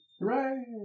Hooray